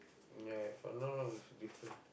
ya if I'm not wrong it's different